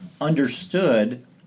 understood